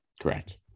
Correct